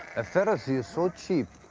a pharisee is so cheap,